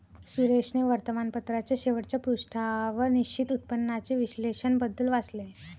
सुरेशने वर्तमानपत्राच्या शेवटच्या पृष्ठावर निश्चित उत्पन्नाचे विश्लेषण बद्दल वाचले